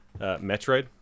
metroid